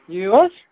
یہِ ہوے حظ